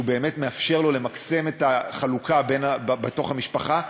כי הוא באמת מאפשר לו למקסם את החלוקה בתוך המשפחה,